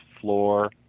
floor